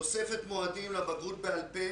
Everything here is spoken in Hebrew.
תוספת מועדים לבגרות בעל-פה